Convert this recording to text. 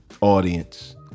audience